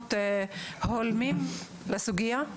פתרונות הולמים לסוגיה?